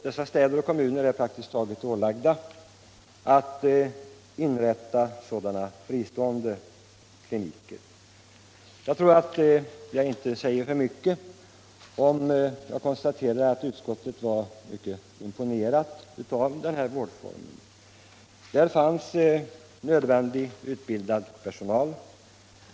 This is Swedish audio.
Dessa städer och kommuner är praktiskt taget ålagda att inrätta sådana fristående kliniker. Jag tror inte att jag säger för mycket om jag konstaterar att utskottet var mycket imponerat av denna vårdform. Där fanns nödvändig utbildad personal.